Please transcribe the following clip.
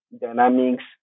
dynamics